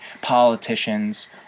politicians